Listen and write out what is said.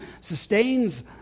sustains